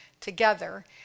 together